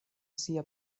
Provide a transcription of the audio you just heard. sia